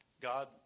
God